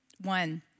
One